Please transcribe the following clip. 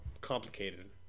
complicated